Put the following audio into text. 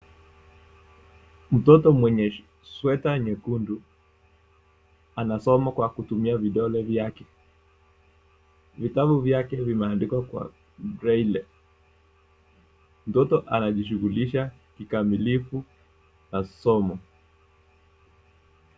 Mtoto mwenye sweta nyekundu anasoma kwa kutumia vidole vyake. Vitabu vyake vimetandikwa kwa[cs ] braile . Mtoto anajishughulisha kikamilifu na somo.